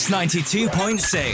92.6